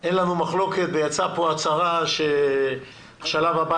שאין לנו מחלוקת ויצאה פה הצהרה שהשלב הבא